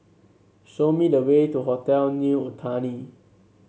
show me the way to Hotel New Otani